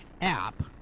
app